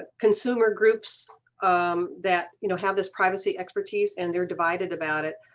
ah consumer groups um that you know have this privacy expertise and they're divided about it.